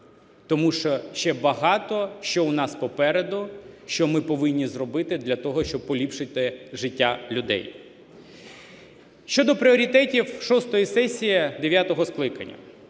Тому що ще багато що у нас попереду, що ми повинні зробити для того, щоб поліпшити життя людей. Щодо пріоритетів шостої сесії дев'ятого скликання.